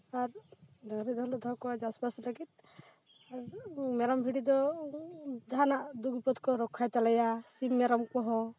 ᱟᱨ ᱰᱟᱝᱨᱤ ᱫᱚᱞᱮ ᱫᱚᱦᱚ ᱠᱚᱣᱟ ᱪᱟᱥᱵᱟᱥ ᱞᱟᱹᱜᱤᱫ ᱟᱨ ᱢᱮᱨᱚᱢ ᱵᱷᱤᱰᱤ ᱫᱚ ᱡᱟᱦᱟᱸᱱᱟᱜ ᱫᱩᱠ ᱵᱤᱯᱚᱫ ᱠᱚ ᱨᱚᱠᱠᱷᱟᱭ ᱛᱟᱞᱮᱭᱟ ᱥᱤᱢ ᱢᱮᱨᱚᱢ ᱠᱚᱦᱚᱸ